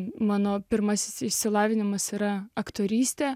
mano pirmasis išsilavinimas yra aktorystė